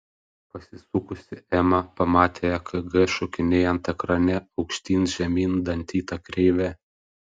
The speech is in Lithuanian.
pasisukusi ema pamatė ekg šokinėjant ekrane aukštyn žemyn dantyta kreive